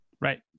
Right